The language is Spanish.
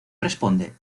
responde